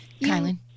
Kylan